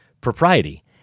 Propriety